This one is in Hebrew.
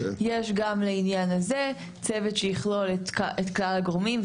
יש לעניין הזה צוות שיכלול את כלל הגורמים,